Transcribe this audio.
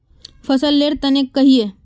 फसल लेर तने कहिए?